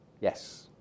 Yes